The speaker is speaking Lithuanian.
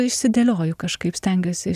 išsidėlioju kažkaip stengiuosi